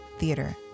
theater